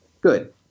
Good